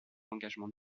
engagement